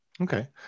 Okay